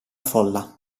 folla